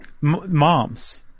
moms